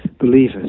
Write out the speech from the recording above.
believers